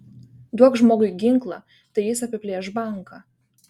duok žmogui ginklą tai jis apiplėš banką